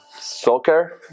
Soccer